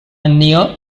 near